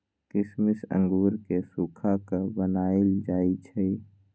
किशमिश अंगूर के सुखा कऽ बनाएल जाइ छइ